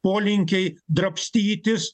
polinkiai drabstytis